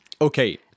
Okay